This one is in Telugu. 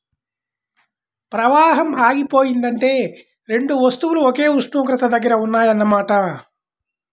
ప్రవాహం ఆగిపోయిందంటే రెండు వస్తువులు ఒకే ఉష్ణోగ్రత దగ్గర ఉన్నాయన్న మాట